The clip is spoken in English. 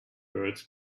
birds